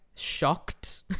Shocked